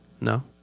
No